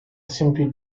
simply